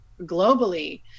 globally